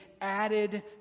added